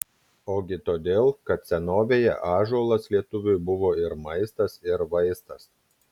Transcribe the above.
ogi todėl kad senovėje ąžuolas lietuviui buvo ir maistas ir vaistas